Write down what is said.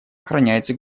охраняется